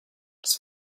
das